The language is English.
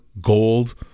gold